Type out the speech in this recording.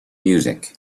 music